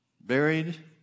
buried